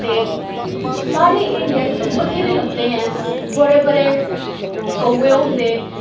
ते साढ़े इंडियां च ते बत्थेरे लब्भदे ऐं बड़े बड़े कौए होंदे